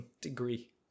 degree